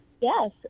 Yes